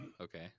Okay